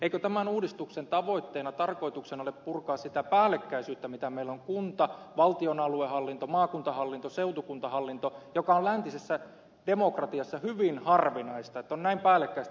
eikö tämän uudistuksen tavoitteena tarkoituksena ole purkaa sitä päällekkäisyyttä mitä meillä on kunta valtion aluehallinto maakuntahallinto seutukuntahallinto mikä on läntisessä demokratiassa hyvin harvinaista että on näin päällekkäistä hallintoa